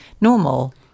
normal